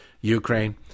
Ukraine